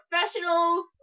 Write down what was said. professionals